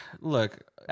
Look